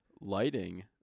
Lighting